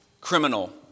criminal